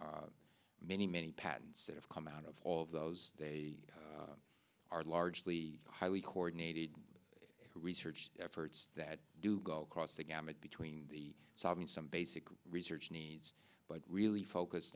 are many many patents that have come out of all of those they are largely highly coordinated research efforts that do go across the gamut between the solving some basic research needs but really focused